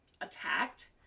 attacked